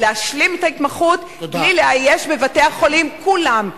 ולהשלים את ההתמחות בלי לאייש בבתי-החולים כולם,